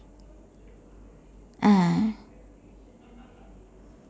ah